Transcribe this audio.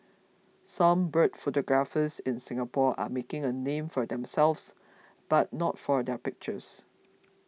some bird photographers in Singapore are making a name for themselves but not for their pictures